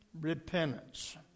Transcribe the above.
repentance